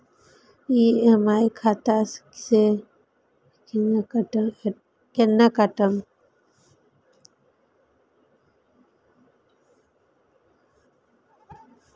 EMI खाता से केना कटते?